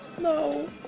No